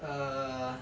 err